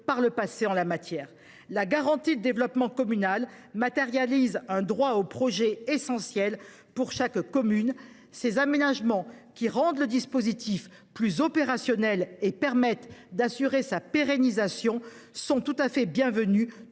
par le passé. La garantie de développement communal matérialise un « droit au projet » essentiel pour chaque commune : ses aménagements, qui rendent le dispositif plus opérationnel et permettent d’assurer sa pérennisation, sont tout à fait bienvenus,